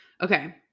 Okay